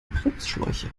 bremsschläuche